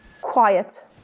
quiet